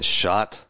shot